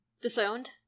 Disowned